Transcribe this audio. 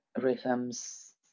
rhythms